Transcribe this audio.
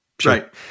Right